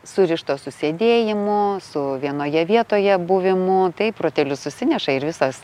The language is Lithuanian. surišto su sėdėjimu su vienoje vietoje buvimu taip rotelius susineša ir visos